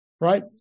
Right